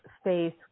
space